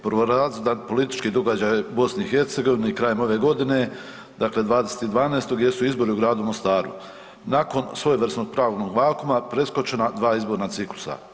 Prvorazredan politički događaj u BiH krajem ove godine, dakle 20.12. jesu izbori u gradu Mostaru, nakon svojevrsnog pravnog vakuma preskočena dva izborna ciklusa.